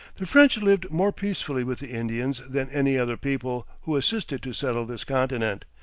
the french lived more peacefully with the indians than any other people who assisted to settle this continent,